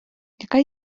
яка